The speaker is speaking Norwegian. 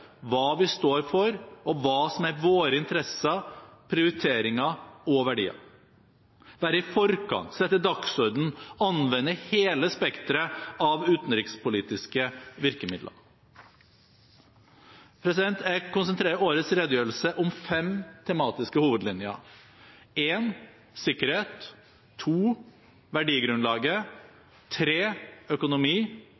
hva vi står for, og hva som er våre interesser, prioriteringer og verdier. Vi må være i forkant, sette dagsorden, anvende hele spekteret av utenrikspolitiske virkemidler. Jeg konsentrerer årets redegjørelse om fem tematiske hovedlinjer: sikkerhet verdigrunnlaget økonomi